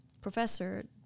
professor